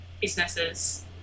businesses